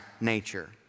nature